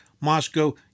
Moscow